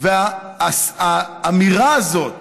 האמירה הזאת